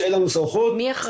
מעולה.